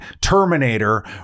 Terminator